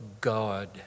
God